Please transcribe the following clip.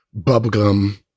bubblegum